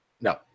No